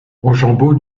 rochambeau